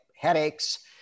headaches